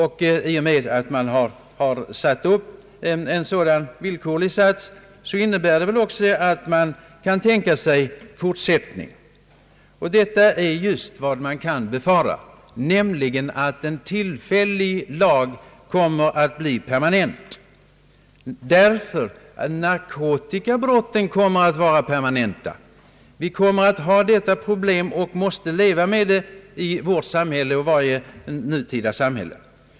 Att man formulerat en sådan villkorlig sats innebär väl att man kan tänka sig en fortsättning. Detta är just vad man kan befara, alltså att en tillfällig lag blir permanent därför att narkotikabrotten kommer att vara permanenta. Vi kommer att ha detta problem och måste leva med det i vårt samhälle och i varje nutida samhälle.